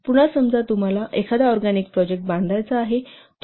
पुन्हा समजा तुम्हाला एखादा ऑरगॅनिक प्रोजेक्ट बांधायचा आहे 7